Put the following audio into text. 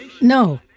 No